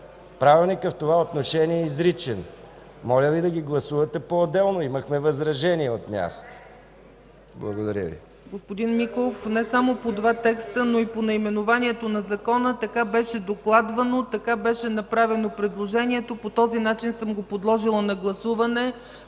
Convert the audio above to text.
Правилникът в това отношение е изричен – моля Ви да ги гласувате поотделно. Имахме възражения от място. Благодаря Ви. ПРЕДСЕДАТЕЛ ЦЕЦКА ЦАЧЕВА: Господин Миков, не само по два текста, но и по наименованието на закона – така беше докладвано, така беше направено предложението, по този начин съм го подложила на гласуване.